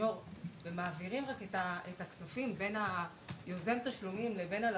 והם רק מעבירים את הכספים בין יוזם התשלומים לבין הלקוח.